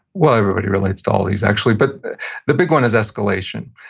well, everybody relates to all these actually, but the big one is escalation.